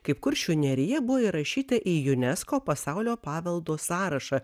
kaip kuršių nerija buvo įrašyta į unesco pasaulio paveldo sąrašą